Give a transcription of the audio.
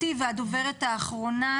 הדוברת האחרונה,